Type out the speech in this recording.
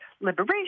liberation